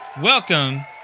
Welcome